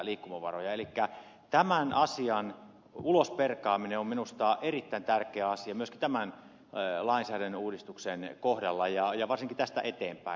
elikkä tämän asian ulos perkaaminen on minusta erittäin tärkeä asia myöskin tämän lainsäädännön uudistuksen kohdalla ja varsinkin tästä eteenpäin